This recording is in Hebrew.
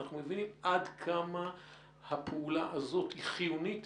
אנחנו מבינים עד כמה הפעולה הזאת היא חיונית,